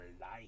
life